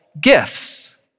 gifts